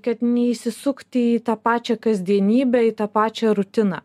kad neįsisukti į tą pačią kasdienybę į tą pačią rutiną